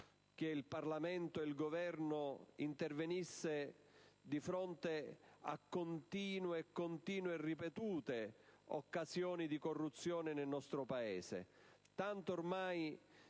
che il Parlamento ed il Governo intervenissero di fronte a continue e ripetute occasioni di corruzione nel nostro Paese. Quest'ultima